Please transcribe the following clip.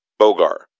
Bogar